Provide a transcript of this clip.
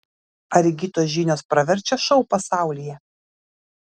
ar įgytos žinios praverčia šou pasaulyje